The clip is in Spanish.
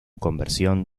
conversión